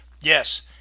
Yes